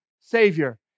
savior